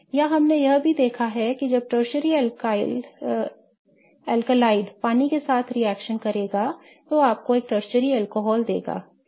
या हमने यह भी देखा है कि जब टर्शरी एल्कलाइड पानी के साथ रिएक्शन करेगा तो आपको एक टर्शरी अल्कोहल देगा